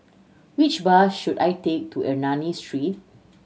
which bus should I take to Ernani Street